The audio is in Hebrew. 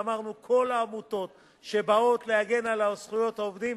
ואמרנו: כל העמותות שבאות להגן על זכויות העובדים